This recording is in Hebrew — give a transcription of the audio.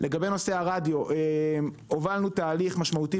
לגבי נושא הרדיו הובלנו תהליך משמעותי